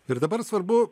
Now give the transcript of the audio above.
ir dabar svarbu